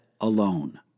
alone